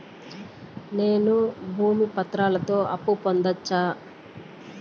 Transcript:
నేను భూమి పత్రాలతో అప్పు పొందొచ్చా?